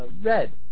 red